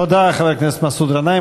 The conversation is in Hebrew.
תודה, חבר הכנסת מסעוד גנאים.